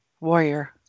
warrior